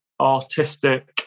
artistic